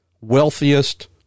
wealthiest